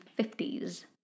1950s